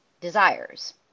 desires